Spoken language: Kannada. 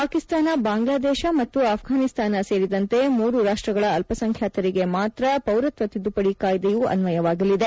ಪಾಕಿಸ್ತಾನ ಬಾಂಗ್ಲಾದೇಶ ಮತ್ತು ಅಫಘಾನಿಸ್ತಾನ ಸೇರಿದಂತೆ ಮೂರು ರಾಷ್ಟಗಳ ಅಲ್ಪಸಂಖ್ಯಾತರಿಗೆ ಮಾತ್ರ ಪೌರತ್ವ ತಿದ್ದುಪದಿ ಕಾಯ್ದೆಯು ಅನ್ವಯವಾಗಲಿದೆ